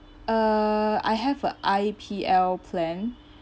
uh I have a I_P_L plan